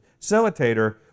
facilitator